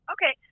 Okay